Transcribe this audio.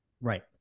right